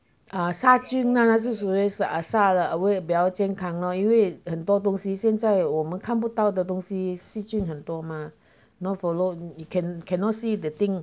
ah 杀菌啊是属于杀了比较健康因为很多东西现在我们看不到的东西细菌很多吗 not follow you cannot see the thing